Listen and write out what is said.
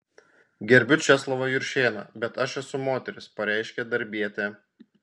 gerbiu česlovą juršėną bet aš esu moteris pareiškė darbietė